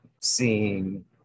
seeing